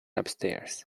upstairs